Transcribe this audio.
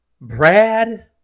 Brad